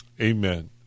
amen